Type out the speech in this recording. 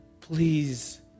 Please